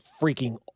freaking